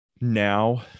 now